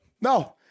No